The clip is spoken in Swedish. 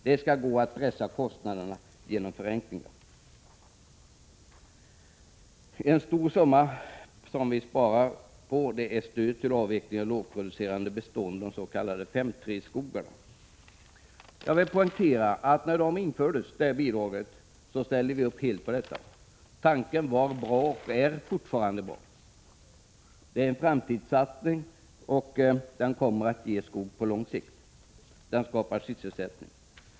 Det bör vara möjligt att pressa kostnaderna genom förenklingar. En stor summa vill vi spara när det gäller stödet till avveckling av lågproducerande bestånd, de s.k. 5:3-skogarna. När detta bidrag infördes ställde vi helt upp på denna tanke. Tanken var och är fortfarande bra. Det är en framtidssatsning, och den kommer att ge skog på lång sikt och skapa sysselsättning.